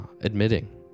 admitting